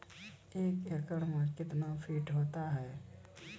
एक एकड मे कितना फीट होता हैं?